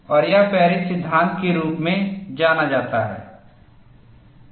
और यह पेरिस सिद्धांत के रूप में जाना जाता है